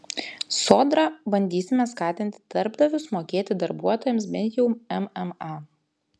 sodra bandysime skatinti darbdavius mokėti darbuotojams bent jau mma